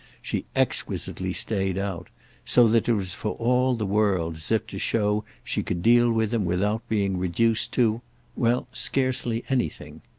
she exquisitely stayed out so that it was for all the world as if to show she could deal with him without being reduced to well, scarcely anything.